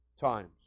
times